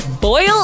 boil